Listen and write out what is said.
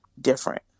different